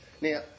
now